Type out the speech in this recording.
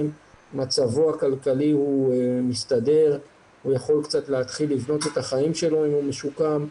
יש בפניכם בחור שזה לא היה צריך לקרות לו וזה קרה לי.